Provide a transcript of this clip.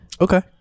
Okay